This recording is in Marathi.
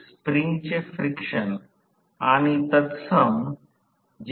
तर याचा अर्थ असा की PG 3 I2 2 r2 S ω S newton metre हे समीकरण 23 आहे